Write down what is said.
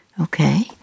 Okay